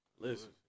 Listen